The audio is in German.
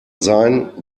sein